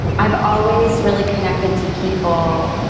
i've always really connected to people.